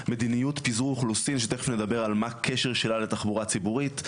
מדיניות פיזור אוכלוסין שתיכף נדבר על מה הקשר שלה לתחבורה ציבורית,